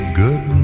good